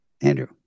Andrew